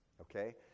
okay